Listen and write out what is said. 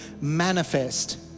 manifest